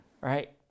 Right